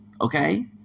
Okay